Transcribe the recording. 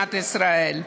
במדינת ישראל.